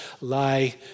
lie